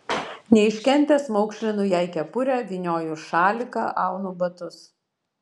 neiškentęs maukšlinu jai kepurę vynioju šaliką aunu batus